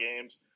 games